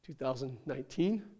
2019